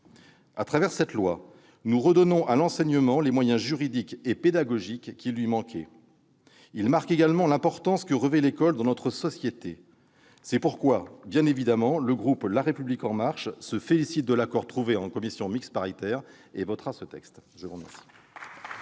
proposition de loi, nous donnons à l'enseignement les moyens juridiques et pédagogiques qui lui manquaient. Le texte marque également l'importance que revêt l'école dans notre société. C'est pourquoi le groupe La République En Marche se félicite de l'accord trouvé en commission mixte paritaire et votera la proposition de loi.